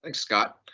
like scott.